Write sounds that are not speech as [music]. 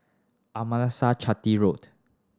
[unintelligible] Chetty Road